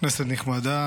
כנסת נכבדה,